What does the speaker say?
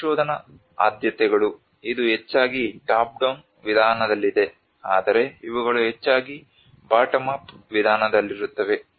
ಸಂಶೋಧನಾ ಆದ್ಯತೆಗಳು ಇದು ಹೆಚ್ಚಾಗಿ ಟಾಪ್ ಡೌನ್ ವಿಧಾನದಲ್ಲಿದೆ ಆದರೆ ಇವುಗಳು ಹೆಚ್ಚಾಗಿ ಬಾಟಮ್ ಅಪ್ ವಿಧಾನದಲ್ಲಿರುತ್ತವೆ